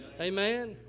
Amen